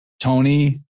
Tony